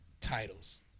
titles